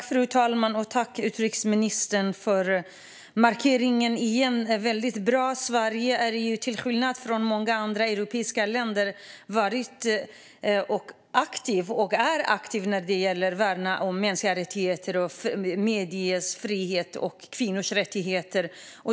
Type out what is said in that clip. Fru talman! Tack, utrikesministern, för markeringen! Den är väldigt bra. Sverige har till skillnad från många andra europeiska länder varit aktivt och är aktivt när det gäller att värna om de mänskliga rättigheterna, mediers frihet och kvinnors rättigheter.